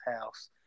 house